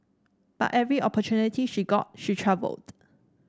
but every opportunity she got she travelled